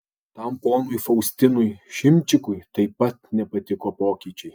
tam ponui faustinui šimčikui taip pat nepatiko pokyčiai